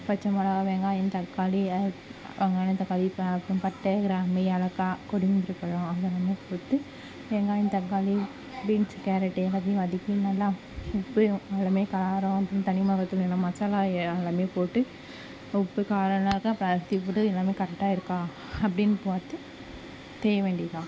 பச்சை மிளகா வெங்காயம் தக்காளி வெங்காயம் தக்காளி அப்புறம் பட்ட கிராம்பு ஏலக்காய் கொடி முந்திரிப்பழம் போட்டு வெங்காயம் தக்காளி பீன்ஸ் கேரட்டு எல்லாத்தையும் வதக்கி நல்லா உப்பையும் காரம் தனி மிளகாதூள் இந்த மசாலா எல்லாம் போட்டு உப்பு காரம் எல்லாம் கரெக்டா இருக்கா அப்டின்னு பார்த்து செய்ய வேண்டியதுதான்